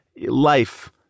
Life